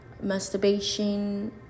masturbation